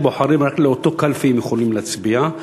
הבוחרים ורק באותה קלפי הם יכולים להצביע,